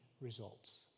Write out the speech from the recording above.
results